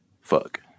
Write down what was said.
Fuck